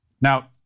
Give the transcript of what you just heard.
Now